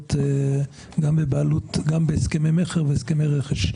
שנמצאות בהסכמי מכר והסכמי רכש,